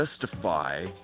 justify